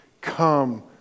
come